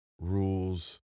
Rules